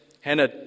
Hannah